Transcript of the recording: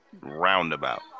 roundabout